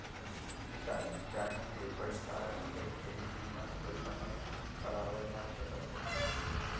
time time पे पईसा देके इ बीमा के समय बढ़ावल जा सकत हवे